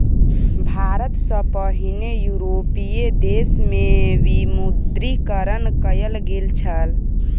भारत सॅ पहिने यूरोपीय देश में विमुद्रीकरण कयल गेल छल